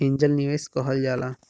angel निवेस कहल जाला